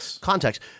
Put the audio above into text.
context